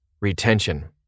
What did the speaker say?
retention